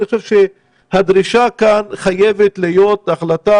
אני חושב שהדרישה כאן חייבת להיות החלטה